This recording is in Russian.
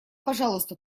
пожалуйста